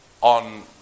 on